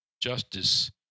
justice